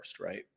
Right